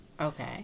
Okay